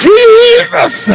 Jesus